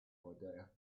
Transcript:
idea